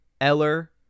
Eller